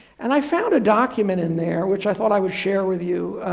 and i found a document in there which i thought i would share with you.